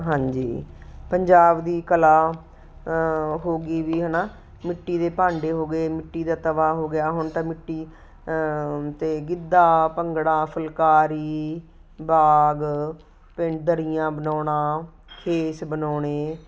ਹਾਂਜੀ ਪੰਜਾਬ ਦੀ ਕਲਾ ਹੋ ਗਈ ਵੀ ਹੈ ਨਾ ਮਿੱਟੀ ਦੇ ਭਾਂਡੇ ਹੋ ਗਏ ਮਿੱਟੀ ਦਾ ਤਵਾ ਹੋ ਗਿਆ ਹੁਣ ਤਾਂ ਮਿੱਟੀ ਅਤੇ ਗਿੱਧਾ ਭੰਗੜਾ ਫੁਲਕਾਰੀ ਬਾਗ ਪਿੰਡ ਦਰੀਆਂ ਬਣਾਉਣਾ ਖੇਸ ਬਣਾਉਣੇ